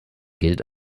gilt